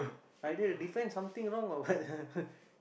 I did defend something wrong or what